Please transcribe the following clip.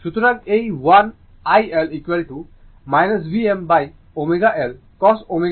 সুতরাং এই 1 iL Vmω L cos ω t